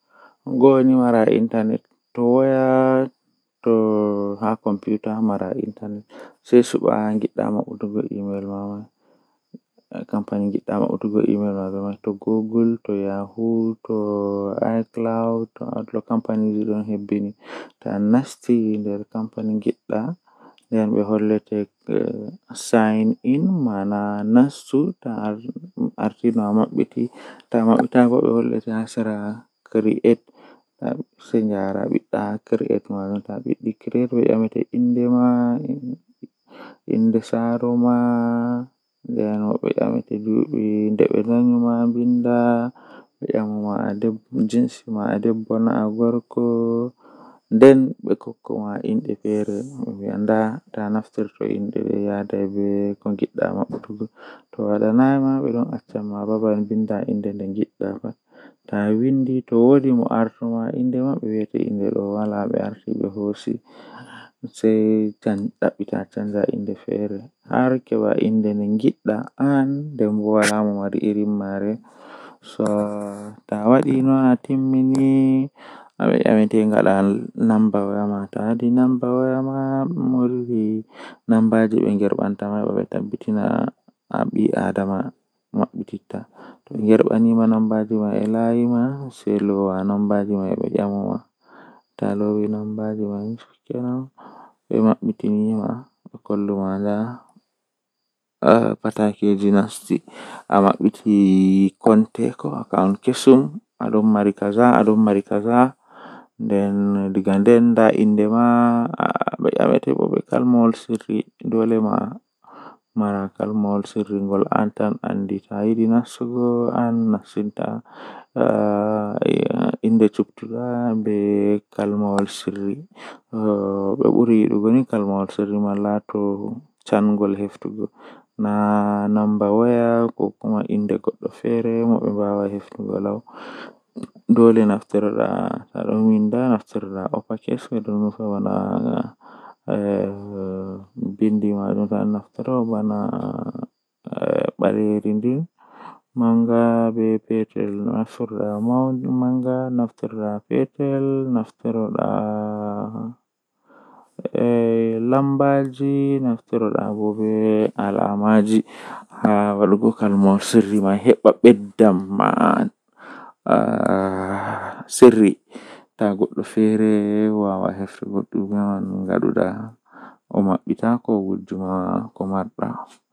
Lewru jei mi burdaa yiduki kanjum woni lewru jei arandewol haa nduubu kanjum be wiyata janwari ko wadi bo lewru nai kanjum be danyi amkanjum on seyo malla nyalande lewru be danyi am den don wela mi masin.